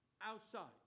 outside